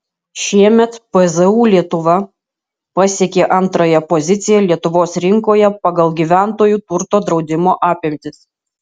šiemet pzu lietuva pasiekė antrąją poziciją lietuvos rinkoje pagal gyventojų turto draudimo apimtis